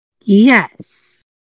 yes